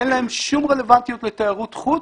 אין להן שום רלוונטיות לתיירות חוץ